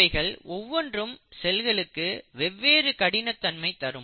இவைகள் ஒவ்வொன்றும் செல்களுக்கு வெவ்வேறு கடினத்தன்மை தரும்